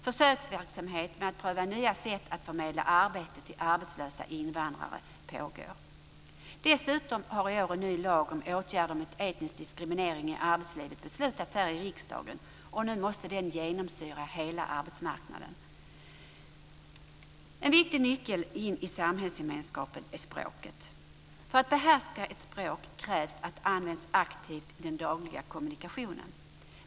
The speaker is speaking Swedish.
Försöksverksamhet med att pröva nya sätt att förmedla arbete till arbetslösa invandrare pågår. Dessutom har i år en ny lag om åtgärder mot etnisk diskriminering i arbetslivet beslutats här i riksdagen, och nu måste den genomsyra hela arbetsmarknaden. En viktig nyckel in i samhällsgemenskapen är språket. För att behärska ett språk krävs att det används aktivt i den dagliga kommunikationen.